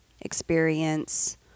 experience